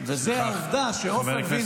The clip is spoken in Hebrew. וזאת העובדה שעופר וינטר --- סליחה.